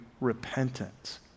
repentance